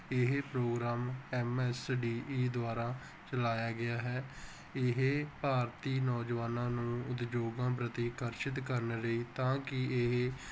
ਇਹ programme MSDE ਦੁਆਰਾ ਚਲਾਇਆ ਗਿਆ ਹੈ ਇਹ ਭਾਰਤੀ ਨੌਜਵਾਨਾਂ ਨੂੰ ਉਦਯੋਗਾਂ ਪ੍ਰਤੀ ਆਕਰਸ਼ਿਤ ਕਰਨ ਲਈ ਤਾਂ ਕਿ ਇਹ